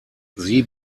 sie